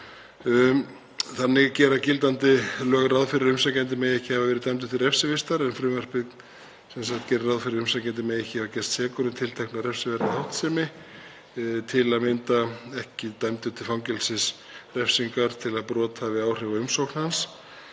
Þannig gera gildandi lög ráð fyrir að umsækjandi megi ekki hafa verið dæmdur til refsivistar en frumvarpið gerir ráð fyrir að umsækjandi megi ekki hafa gerst sekur um tiltekna refsiverðri háttsemi, að hafa til að mynda ekki verið dæmdur til fangelsisrefsingar, til að brot hafi áhrif á umsókn hans.